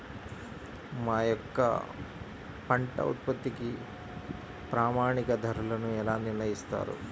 మా యొక్క పంట ఉత్పత్తికి ప్రామాణిక ధరలను ఎలా నిర్ణయిస్తారు?